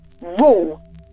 Rule